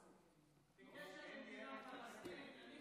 אם יש מדינה פלסטינית,